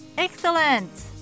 Excellent